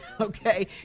okay